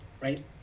right